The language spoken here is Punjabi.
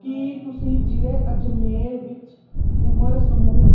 ਕੀ ਤੁਸੀਂ ਜ਼ਿਲ੍ਹੇ ਅਜਮੇਰ ਵਿੱਚ ਉਮਰ ਸਮੂਹ